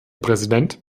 präsident